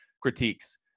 critiques